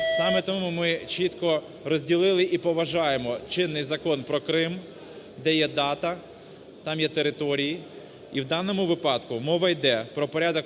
Саме тому ми чітко розділили і поважаємо чинний Закон про Крим, де є дата, там є території і в даному випадку мова йде про порядок